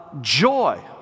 joy